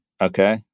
Okay